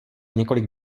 několik